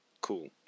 cool